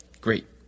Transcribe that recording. Great